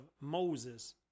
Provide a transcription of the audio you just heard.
Moses